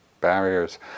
barriers